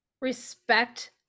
respect